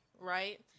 right